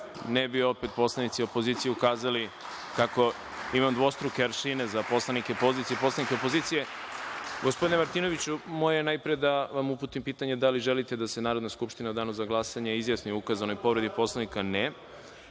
ne bi opet poslanici opozicije ukazali kako imam dvostruke aršine za poslanike pozicije i poslanike opozicije. Gospodine Martinoviću, moje je najpre da vam uputim pitanje – da li želite da se Narodna skupština u danu za glasanje izjasni o ukazanoj povredi Poslovnika?